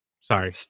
Sorry